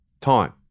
Time